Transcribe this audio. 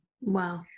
Wow